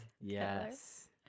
Yes